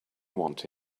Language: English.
want